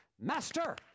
Master